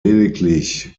lediglich